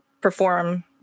perform